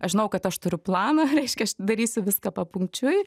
aš žinojau kad aš turiu planą reiškia aš darysiu viską papunkčiui